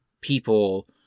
people